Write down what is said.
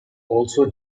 also